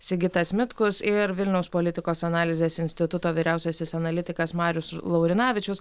sigitas mitkus ir vilniaus politikos analizės instituto vyriausiasis analitikas marius laurinavičius